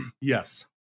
yes